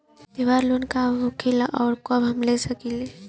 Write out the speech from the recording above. त्योहार लोन का होखेला आउर कब हम ले सकत बानी?